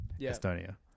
Estonia